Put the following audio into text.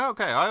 Okay